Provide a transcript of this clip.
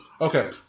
Okay